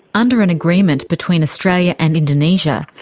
under an agreement between australian and indonesia,